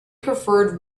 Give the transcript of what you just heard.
preferred